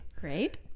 Great